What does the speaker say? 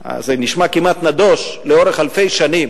זה נשמע כמעט נדוש, לאורך אלפי שנים